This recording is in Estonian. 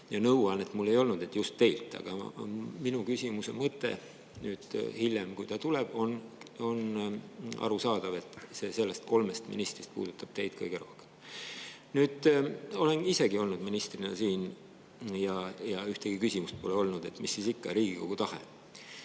ja nõuannet mul ei olnud, et just teilt. Aga minu küsimuse mõte nüüd hiljem, kui ta tuleb, on arusaadav, et see kolmest ministrist puudutab teid kõige rohkem. Nüüd, olen isegi olnud ministrina siin ja ühtegi küsimust pole olnud. Mis siis ikka, Riigikogu tahe.